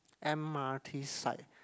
m_r_t side